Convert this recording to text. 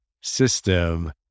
system